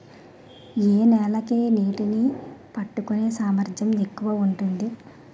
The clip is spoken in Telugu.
ఏ నేల కి నీటినీ పట్టుకునే సామర్థ్యం ఎక్కువ ఉంటుంది?